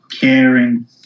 caring